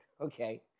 okay